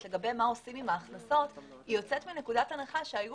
לגבי מה עושים עם ההכנסות יוצאת מנקודת הנחה שהיו